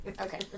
Okay